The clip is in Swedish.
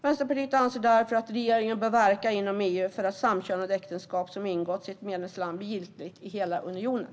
Vänsterpartiet anser därför att regeringen bör verka inom EU för att samkönade äktenskap som ingåtts i ett medlemsland blir giltiga i hela unionen.